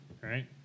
right